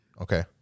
Okay